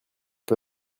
peu